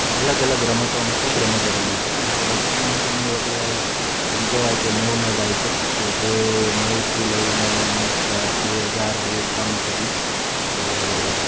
અલગ અલગ રમતો અમે ખૂબ રમતો રમી છે મારો બચપણનો સમય એટલે એમ કહેવાય કે નેવુંનો દાયકો કે જે એ નેવુંથી લઈને ઓલમોસ્ટ બે હજાર બે ત્રણ સુધી કે